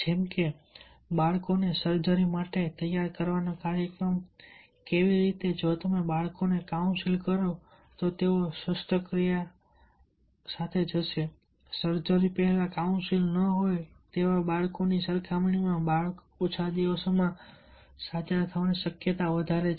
જેમ કે બાળકોને સર્જરી માટે તૈયાર કરવાનો કાર્યક્રમ કેવી રીતે જો તમે બાળકને કાઉન્સિલ કરો તો તેઓ શસ્ત્રક્રિયા સાથે જશે સર્જરી પહેલા કાઉન્સિલ ન હોય તેવા બાળકની સરખામણીમાં બાળક ઓછા દિવસોમાં સાજા થવાની શક્યતા વધારે છે